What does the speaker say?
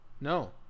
No